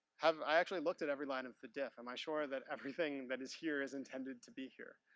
have i actually looked at every line of the diff? am i sure that everything that is here is intended to be here?